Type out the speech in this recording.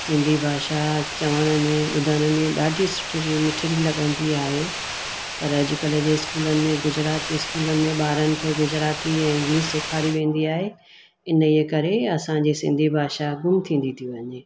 सिंधी भाषा चवण में ॿुधण में ॾाढी सुठी मिठिड़ी लॻंदी आहे पर अॼुकल्ह जे स्कूलनि में गुजराती स्कूलनि में ॿारनि खे गुजराती ऐं इंग्लिश सेखारी वेंदी आहे इन जे करे असांजी सिंधी भाषा गुम थींदी थी वञे